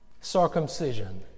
circumcision